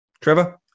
Trevor